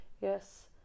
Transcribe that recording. Yes